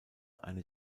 eine